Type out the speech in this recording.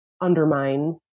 undermine